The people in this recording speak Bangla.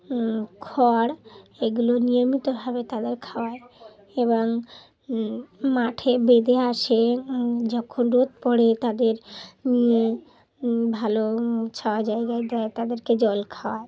খড় এগুলো নিয়মিতভাবে তাদের খাওয়ায় এবং মাঠে বেঁধে আসে যখন রোদ পড়ে তাদের নিয়ে ভালো ছাওয়া জায়গায় দেয় তাদেরকে জল খাওয়ায়